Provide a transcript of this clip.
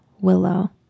Willow